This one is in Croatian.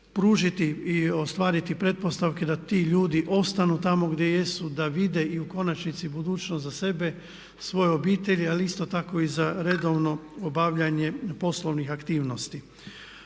pružiti i ostvariti pretpostavke da ti ljudi ostanu tamo gdje jesu, da vide i u konačnici budućnost za sebe, svoje obitelji ali isto tako i za redovno obavljanje poslovnih aktivnosti.